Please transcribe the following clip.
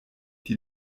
die